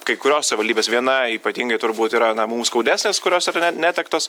kai kurios savivaldybės viena ypatingai turbūt yra na mums skaudesnės kurios ar ne netektos